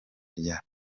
rya